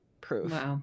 proof